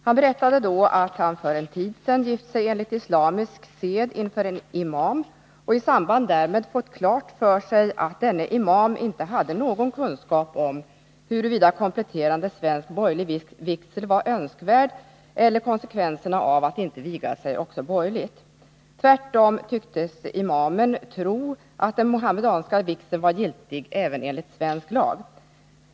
Han berättade då att han för en tid sedan gift sig enligt islamisk sed inför en imam och i samband därmed fått klart för sig att denne imam inte hade någon kunskap om huruvida kompletterande svensk borgerlig vigsel var önskvärd eller om konsekvenserna av att inte viga sig också borgerligt. Tvärtom tycktes imamen tro att den mohammedanska vigseln var giltig även enligt svensk lag.